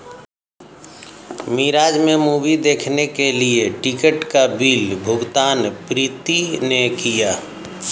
मिराज में मूवी देखने के लिए टिकट का बिल भुगतान प्रीति ने किया